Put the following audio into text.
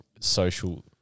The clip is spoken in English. Social